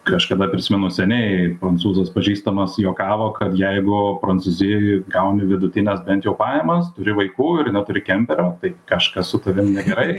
kažkada prisimenu seniai prancūzas pažįstamas juokavo kad jeigu prancūzijoj gauni vidutines bent jau pajamas turi vaikų ir neturi kemperio tai kažkas su tavim negerai